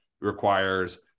requires